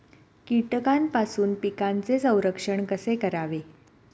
कीटकांपासून पिकांचे संरक्षण कसे करावे?